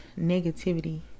negativity